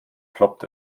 ploppt